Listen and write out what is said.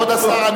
כבוד השר,